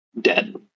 dead